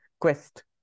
quest